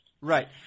Right